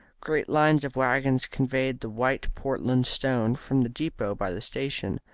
great lines of waggons conveyed the white portland stone from the depot by the station.